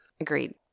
Agreed